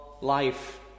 life